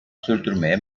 sürdürmeye